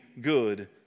good